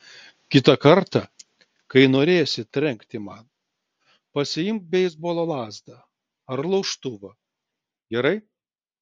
kitą kartą kai norėsi trenkti man pasiimk beisbolo lazdą ar laužtuvą gerai